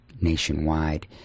nationwide